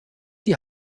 die